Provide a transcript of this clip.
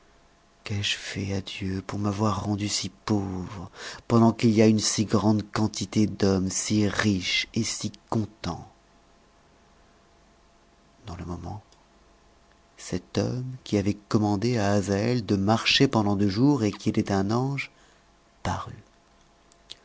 qu'est-ce que j'ai fait à dieu pour m'avoir rendu si pauvre pendant qu'il y a une si grande quantité d'hommes si riches et si contents dans le moment cet homme qui avait commandé à azaël de marcher pendant deux jours et qui était un ange parut